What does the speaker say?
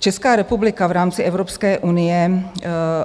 Česká republika v rámci Evropské unie